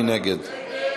מי נגד?